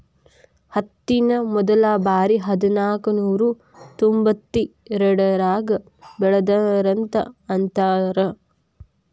ಹತ್ತಿನ ಮೊದಲಬಾರಿ ಹದನಾಕನೂರಾ ತೊಂಬತ್ತೆರಡರಾಗ ಬೆಳದರಂತ ಅಂತಾರ